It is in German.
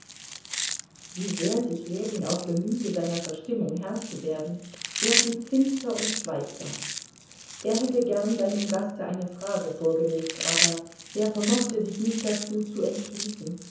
wie sehr sich ljewin auch bemühte seiner verstimmung herr zu werden er blieb finster und schweigsam er hätte gern seinem gaste eine frage vorgelegt aber er vermochte sich nicht dazu zu entschließen